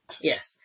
Yes